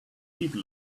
people